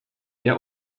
der